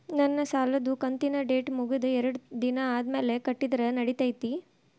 ನನ್ನ ಸಾಲದು ಕಂತಿನ ಡೇಟ್ ಮುಗಿದ ಎರಡು ದಿನ ಆದ್ಮೇಲೆ ಕಟ್ಟಿದರ ನಡಿತೈತಿ?